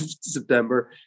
September